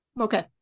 Okay